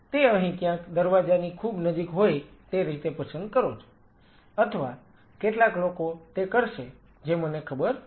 તે અહીં ક્યાંક દરવાજાની ખૂબ નજીક હોય તે રીતે પસંદ કરો છો અથવા કેટલાક લોકો તે કરશે જે મને ખબર નથી